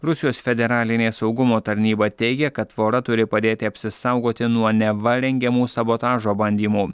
rusijos federalinė saugumo tarnyba teigia kad tvora turi padėti apsisaugoti nuo neva rengiamų sabotažo bandymų